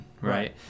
Right